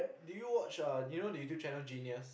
do you watch uh you know the YouTube channel genius